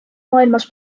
maailmas